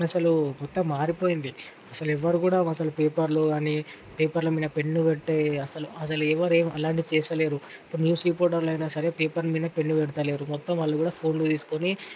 అసలు మొత్తం మారిపోయింది అసలు ఎవరు కూడా అసలు పేపర్లు కానీ పేపర్ల మీద పెన్ను పెట్టే అసలు ఎవరు అలాంటిది చేస్తలేదు ఇప్పుడు న్యూస్ రిపోర్టర్లు అయినా సరే పేపర్ మీద పెన్ను పెడతలేరు మొత్తం వాళ్లు కూడా ఫోన్లు తీసుకుని